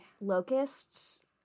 Locusts